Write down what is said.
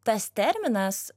tas terminas